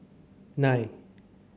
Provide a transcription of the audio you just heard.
nine